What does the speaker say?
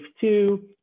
two